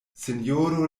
sinjoro